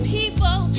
people